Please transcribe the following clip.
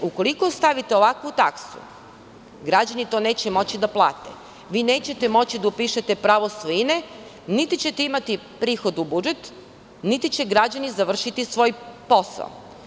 Ukoliko stavite ovakvu taksu, građani to neće moći da plate, vi nećete moći da upišete pravo svojine, niti ćete imati prihod u budžet, niti će građani završiti svoj posao.